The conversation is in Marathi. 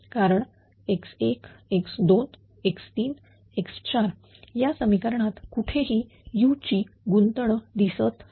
कारण x1 x2 x3 x4 या समीकरणात कुठेही u ची गुंतण दिसत नाही